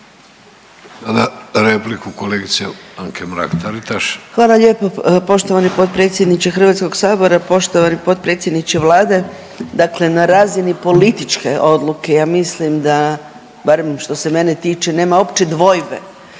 Hvala lijepo poštovani potpredsjedniče Hrvatskog sabora. Poštovani potpredsjedniče Vlade, dakle na razini političke odluke ja mislim da barem što se mene tiče nema uopće dvojbe